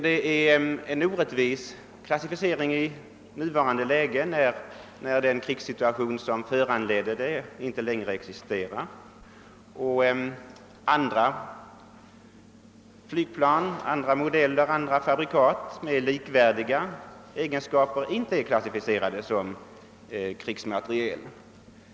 Denna klassificering är i nuvarande läge orättvis, eftersom den krigssituation som föranledde den inte längre föreligger och eftersom flygplan av andra fabrikat med likvärdiga egenskaper inte betecknas som krigsmateriel.